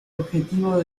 objetivo